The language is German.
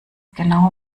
genau